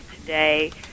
Today